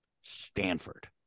Stanford